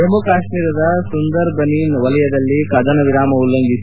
ಜಮ್ಮು ಕಾಶ್ಮೀರದ ಸುಂದೇರ್ಬನಿ ವಲಯದಲ್ಲಿ ಕದನ ವಿರಾಮ ಉಲ್ಲಂಘಿಸಿ